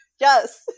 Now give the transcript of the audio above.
Yes